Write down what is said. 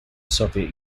soviet